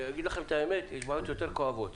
אגיד לכם את האמת, יש בעיות יותר כואבות